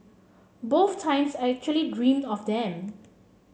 both times I actually dreamed of them